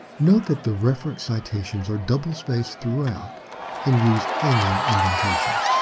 note that the reference citations are double spaced throughout and use hanging indentation.